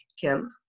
Kim